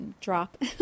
drop